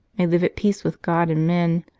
may live at peace with god and men,